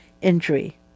injury